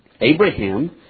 Abraham